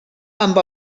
amb